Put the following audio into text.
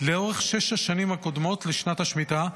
לאורך שש השנים הקודמות לשנת השמיטה,